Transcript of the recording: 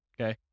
okay